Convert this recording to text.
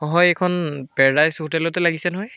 হয় এইখন পেৰেডাইজ হোটেলতে লাগিছে নহয়